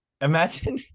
Imagine